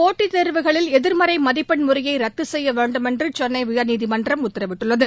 போட்டித் தேர்வுகளில் எதிர்மறை முறையை ர்தது செய்ய வேண்டுமென்று சென்னை உயர்நீதிமன்றம் உத்தரவிட்டுள்ளது